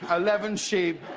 eleven sheep,